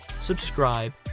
subscribe